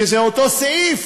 שזה אותו סעיף,